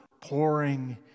pouring